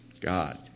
God